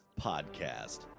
podcast